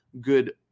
good